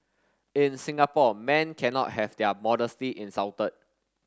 in Singapore men cannot have their modesty insulted